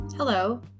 Hello